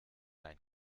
ein